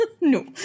No